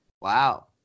Wow